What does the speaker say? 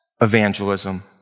evangelism